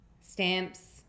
Stamps